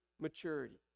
maturity